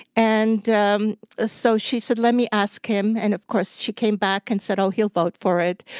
and um ah so she said, let me ask him. and of course, she came back and said, oh, he'll vote for it.